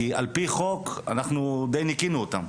כי על פי חוק אנחנו די ניקינו אותם.